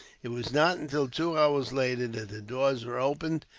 it was not until two hours later that the doors were opened,